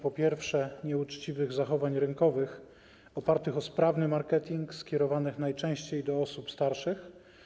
Po pierwsze, nieuczciwych zachowań rynkowych opartych na sprawnym marketingu, skierowanych najczęściej do osób starszych.